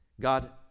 God